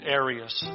areas